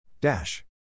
Dash